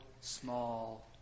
small